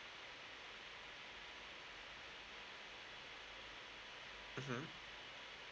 mmhmm